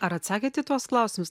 ar atsakėt į tuos klausimus